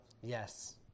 Yes